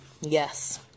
Yes